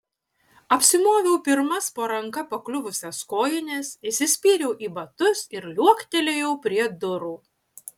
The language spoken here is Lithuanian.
apsimoviau pirmas po ranka pakliuvusias kojines įsispyriau į batus ir liuoktelėjau prie durų